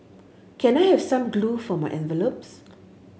can I have some glue for my envelopes